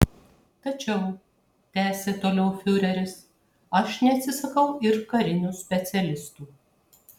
tačiau tęsė toliau fiureris aš neatsisakau ir karinių specialistų